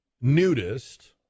nudist